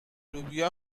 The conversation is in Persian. لوبیا